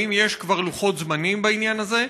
האם יש כבר לוחות-זמנים בעניין הזה?